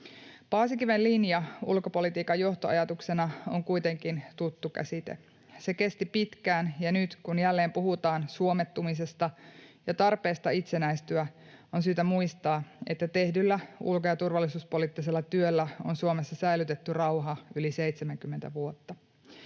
Paasikiven linja ulkopolitiikan johtoajatuksena on kuitenkin tuttu käsite. Se kesti pitkään, ja nyt kun jälleen puhutaan suomettumisesta ja tarpeesta itsenäistyä, on syytä muistaa, että tehdyllä ulko- ja turvallisuuspoliittisella työllä on Suomessa säilytetty rauha yli 70 vuotta.